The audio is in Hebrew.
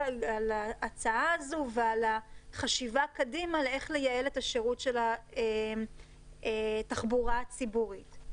על החשיבה קדימה על איך ליייעל את השימוש של התחבורה הציבורית.